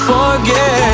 Forget